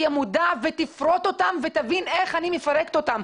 מודע ותפרוט אותם ותבין איך אני מפרקת אותם.